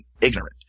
ignorant